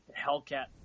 Hellcat